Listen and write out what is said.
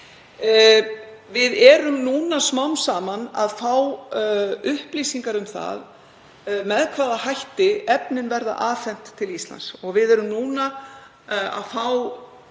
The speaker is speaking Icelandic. Við erum smám saman að fá upplýsingar um með hvaða hætti efnin verða afhent til Íslands og við erum að fá